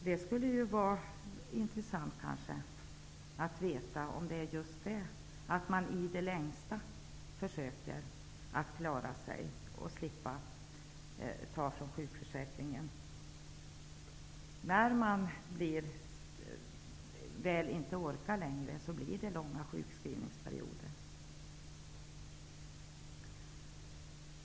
Det skulle vara intressant att veta om det är därför som man försöker klara sig i det längsta, dvs. för att slippa utnyttja sjukförsäkringen. När man sedan inte orkar längre blir det fråga om långa sjukskrivningsperioder.